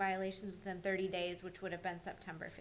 violations that thirty days which would have been september